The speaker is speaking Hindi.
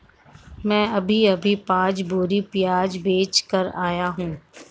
मैं अभी अभी पांच बोरी प्याज बेच कर आया हूं